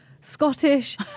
Scottish